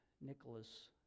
Nicholas